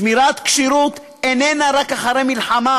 שמירת כשירות איננה רק אחרי מלחמה,